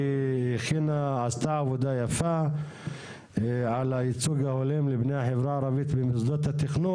היא עשתה עבודה יפה על הייצוג ההולם לבני החברה הערבית במוסדות התכנון.